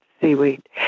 seaweed